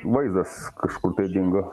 vaizdas kažkur tai dingo